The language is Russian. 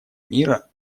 мира